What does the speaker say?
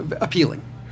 appealing